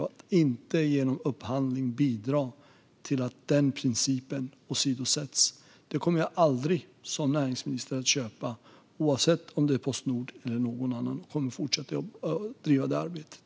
Dessa bolag ska inte genom upphandling bidra till att den principen åsidosätts. Det kommer jag som näringsminister aldrig att köpa. Oavsett om det handlar om Postnord eller något annat bolag kommer jag att fortsätta driva det arbetet.